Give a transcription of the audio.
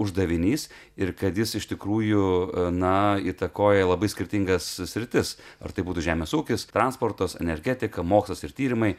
uždavinys ir kad jis iš tikrųjų na įtakoja labai skirtingas sritis ar tai būtų žemės ūkis transportas energetika mokslas ir tyrimai